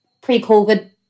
pre-COVID